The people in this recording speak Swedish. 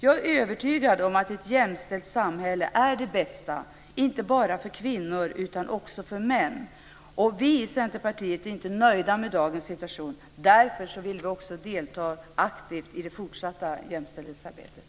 Jag är övertygad om att ett jämställt samhälle är det bästa inte bara för kvinnor utan också för män. Vi i Centerpartiet är inte nöjda med dagens situation. Därför vill vi också delta aktivt i det fortsatta jämställdhetsarbetet.